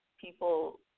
people